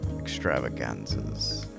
Extravaganzas